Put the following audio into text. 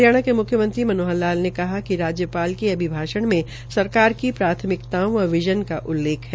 हरियाणा के मुख्यमंत्री मनोहर लाल ने कहा कि राज्यपाल के अभिभाषण में सरकार की प्राथिमकताओं व विज़न का उल्लेख है